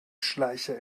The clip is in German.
schleicher